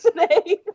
today